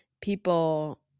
people